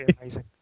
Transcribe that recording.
amazing